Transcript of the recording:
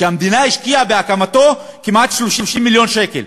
שהמדינה השקיעה בהקמתו כמעט 30 מיליון שקל?